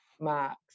marks